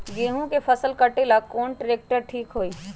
गेहूं के फसल कटेला कौन ट्रैक्टर ठीक होई?